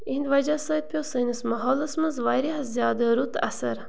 یِہِنٛدۍ وجہ سۭتۍ پیوٚو سٲنِس ماحولَس منٛز واریاہ زیادٕ رُت اَثر